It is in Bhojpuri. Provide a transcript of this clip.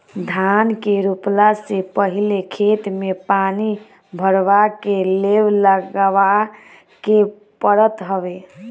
धान के रोपला से पहिले खेत में पानी भरवा के लेव लगावे के पड़त हवे